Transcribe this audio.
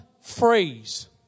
phrase